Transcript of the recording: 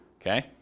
Okay